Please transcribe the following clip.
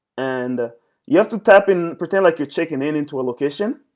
and you have to tap in. pretend like you're checking in into a location